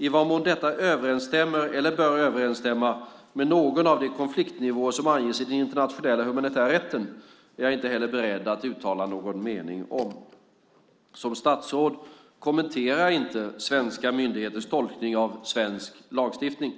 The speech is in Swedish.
I vad mån detta överensstämmer eller bör överensstämma med någon av de konfliktnivåer som anges i den internationella humanitära rätten är jag inte heller beredd att uttala någon mening om. Som statsråd kommenterar jag inte svenska myndigheters tolkning av svensk lagstiftning.